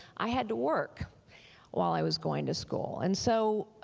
i had to work while i was going to school and so,